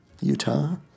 Utah